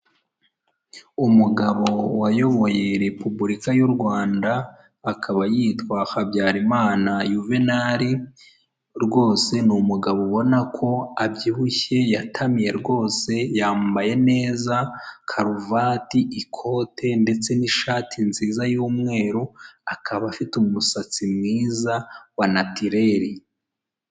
Umugabo wayoboye Repubulika y'u Rwanda, akaba yitwa Habyarimana Juvenal, rwose ni umugabo ubona ko abyibushye yatamiye rwose, yambaye neza karuvati, ikote ndetse n'ishati nziza y'umweru, akaba afite umusatsi mwiza wa natireri.